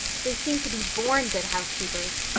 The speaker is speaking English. they seem to be born good housekeepers.